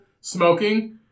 smoking